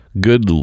good